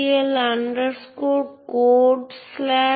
সুতরাং একটি ইউনিক্স স্বাদের মধ্যে অন্যটির ক্ষেত্রে সূক্ষ্ম পার্থক্য থাকবে